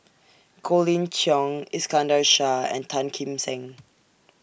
Colin Cheong Iskandar Shah and Tan Kim Seng